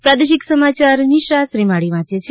પ્રાદેશિક સમાચાર નિશા શ્રીમાળી વાંચે છે